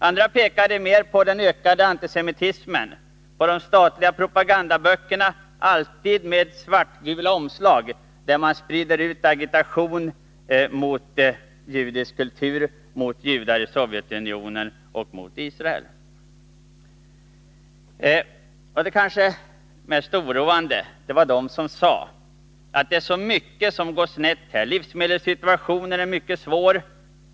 Andra pekade mer på den ökade antisemitismen, på de statliga propagandaböckerna, alltid med svart-gula omslag, där man sprider ut agitation mot judisk kultur, mot judar i Sovjetunionen och mot Israel. Det kanske mest oroande var att det sades att det är så mycket som har gått snett. Livsmedelssituationen är mycket svår.